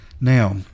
now